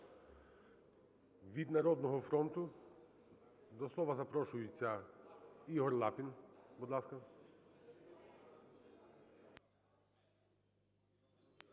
Від "Народного фронту" до слова запрошується Ігор Лапін.